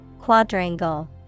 Quadrangle